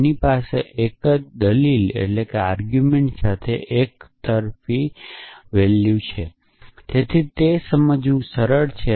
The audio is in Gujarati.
તેની પાસે એક જ દલીલ સાથે એકરૂપ ભૂખ છે અને તેથી તે સમજવું સરળ છે